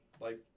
life